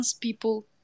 people